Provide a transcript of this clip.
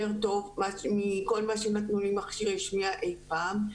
טוב מכל מכשירי השמיעה שנתנו לי אי פעם,